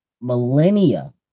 millennia